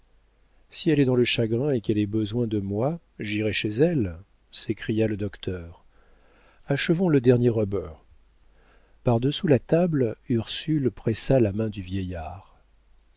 si elle est dans le chagrin et qu'elle ait besoin de moi j'irai chez elle s'écria le docteur achevons le dernier rubber par-dessous la table ursule pressa la main du vieillard